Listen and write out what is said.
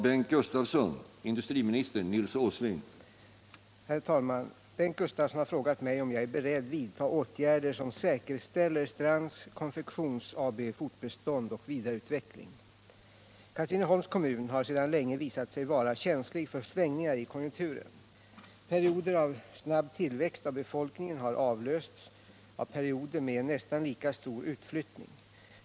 Bengt Gustavsson har frågat mig om jag är beredd vidta = tionen vid Strands åtgärder som säkerställer Strands Konfektions AB:s fortbestånd och vida — Konfektions AB i reutveckling. Katrineholm Katrineholms kommun har sedan länge visat sig vara känslig för svängningar i konjunkturen. Perioder av snabb tillväxt av befolkningen har avlösts av perioder med en nästan lika stor utflyttning.